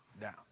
down